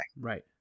Right